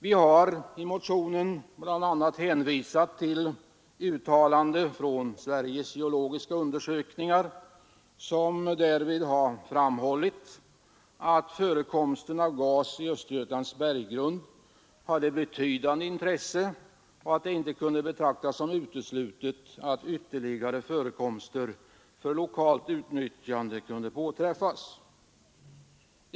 Vi har i motionen bl.a. hänvisat till ett uttalande från Sveriges geologiska undersökning, varifrån framhålls att förekomsten av gas i Östergötlands berggrund har betydande intresse och att det inte kan betraktas som uteslutet att ytterligare förekomster för lokalt utnyttjande kan påträffas.